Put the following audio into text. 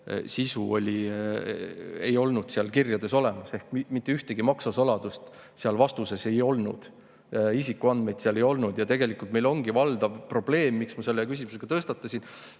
ei olnud seal kirjades olemas, mitte ühtegi maksusaladust seal vastuses ei olnud, isikuandmeid seal ei olnud. Meil ongi valdav probleem, miks ma selle küsimuse ka tõstatasin: